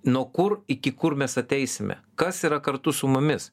nuo kur iki kur mes ateisime kas yra kartu su mumis